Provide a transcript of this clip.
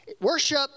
Worship